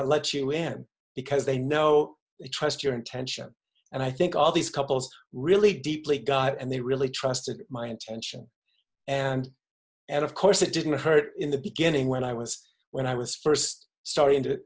not let you in because they know they trust your intention and i think all these couples really deeply god and they really trusted my intention and and of course it didn't hurt in the beginning when i was when i was first starting to